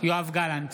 יואב גלנט,